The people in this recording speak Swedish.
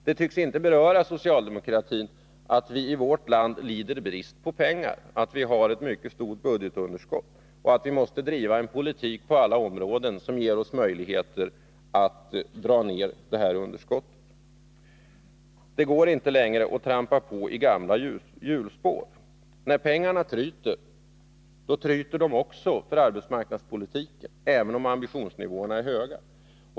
Det tycks inte beröra socialdemokratin att vi i vårt land lider brist på pengar, att vi har ett mycket stort budgetunderskott och att vi måste driva en politik på alla områden som ger oss möjligheter att dra ner underskottet. Det går inte längre att köra i gamla hjulspår. När pengarna tryter, då tryter de också för arbetsmarknadspolitiken, även om ambitionerna är höga.